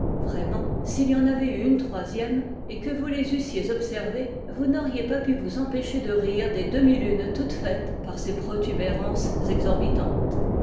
vraiment s'il y en avait eu une troisième et que vous les eussiez observées vous n'auriez pas pu vous empêcher de rire des demi lunes toutes faites par ces protubérances exorbitantes